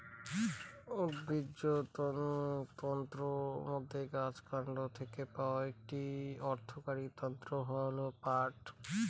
উদ্ভিজ্জ তন্তুর মধ্যে গাছের কান্ড থেকে পাওয়া একটি অর্থকরী তন্তু হল পাট